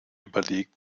überlegt